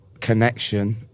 connection